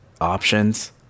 options